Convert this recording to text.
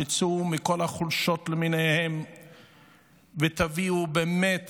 תצאו מכל החולשות למיניהן ותביאו באמת